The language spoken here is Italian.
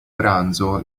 pranzo